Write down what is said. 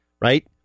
Right